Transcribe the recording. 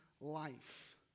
life